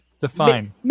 Define